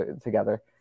together